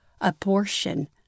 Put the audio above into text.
abortion